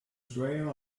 trail